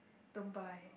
don't buy